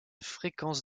fréquence